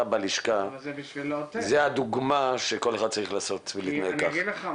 בלשכה זה הדוגמה שכל אחד צריך לעשות ולהתנהג כך.